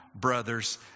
brothers